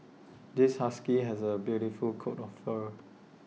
this husky has A beautiful coat of fur